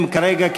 הם כרגע,